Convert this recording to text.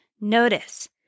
notice